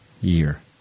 year